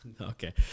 Okay